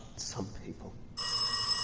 some people!